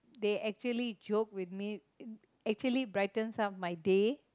they actually joke with me actually brightens up my day